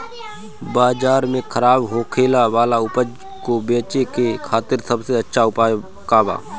बाजार में खराब होखे वाला उपज को बेचे के खातिर सबसे अच्छा उपाय का बा?